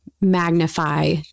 magnify